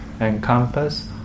encompass